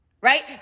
Right